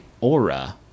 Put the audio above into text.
aura